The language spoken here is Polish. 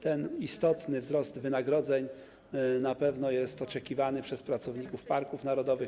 Ten istotny wzrost wynagrodzeń na pewno jest oczekiwany przez pracowników parków narodowych.